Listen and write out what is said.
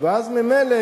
ואז ממילא,